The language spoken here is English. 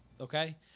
okay